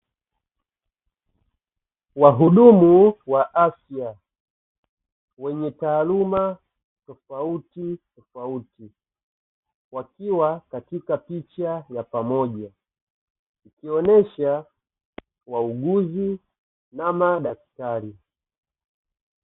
Wahudumu wa afya wenye taaluma tofauti tofauti, wakiwa katika picha ya pamoja nionesha wauguzi na madaktari.